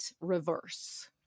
reverse